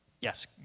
yes